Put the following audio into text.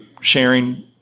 sharing